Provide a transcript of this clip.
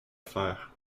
faire